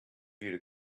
you